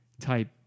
type